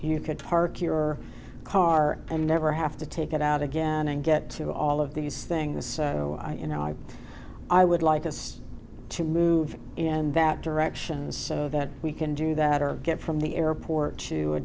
you could park your car and never have to take it out again and get to all of these things so you know i would like us to move and that direction so that we can do that or get from the airport to a